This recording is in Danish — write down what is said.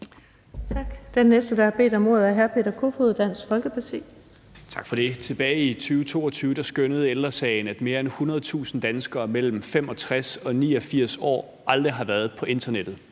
Tak. Den næste, der har bedt om ordet, er hr. Peter Kofod, Dansk Folkeparti. Kl. 16:13 Peter Kofod (DF): Tak for det. Tilbage i 2022 skønnede Ældre Sagen, at mere end 100.000 danskere mellem 65 år og 89 år aldrig har været på internettet.